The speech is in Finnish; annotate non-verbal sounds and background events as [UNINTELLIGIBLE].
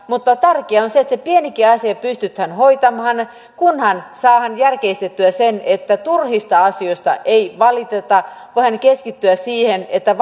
mutta tärkeää on se että se pienikin asia pystytään hoitamaan kunhan saadaan järkeistettyä se että turhista asioista ei valiteta voidaan keskittyä siihen että [UNINTELLIGIBLE]